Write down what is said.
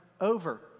over